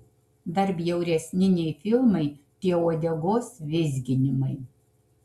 dar bjauresni nei filmai tie uodegos vizginimai